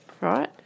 right